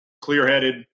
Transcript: clear-headed